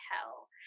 hell